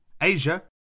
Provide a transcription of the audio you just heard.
Asia